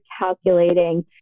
calculating